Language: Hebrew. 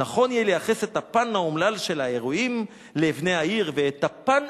נכון יהיה לייחס את הפן האומלל לבני העיר ואת הפן